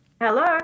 Hello